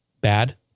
bad